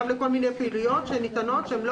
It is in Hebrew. גם לכל מיני פעילויות שניתנות שהן לא